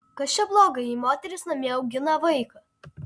kas čia bloga jei moteris namie augina vaiką